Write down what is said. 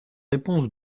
réponse